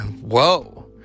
Whoa